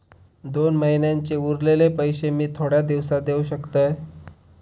दोन महिन्यांचे उरलेले पैशे मी थोड्या दिवसा देव शकतय?